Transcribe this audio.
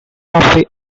half